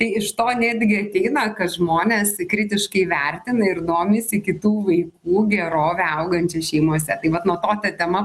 tai iš to netgi ateina kad žmonės kritiškai vertina ir domisi kitų vaikų gerove augančia šeimose tai vat nuo to ta tema